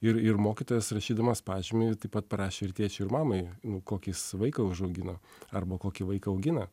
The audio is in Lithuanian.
ir ir mokytojas rašydamas pažymį taip pat parašė ir tėčiui ir mamai nu kokį jis vaiką užaugino arba kokį vaiką augina